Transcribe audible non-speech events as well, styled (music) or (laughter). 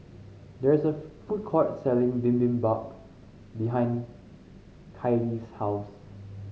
there is a (unintelligible) food court selling Bibimbap behind Kiley's house